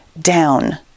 down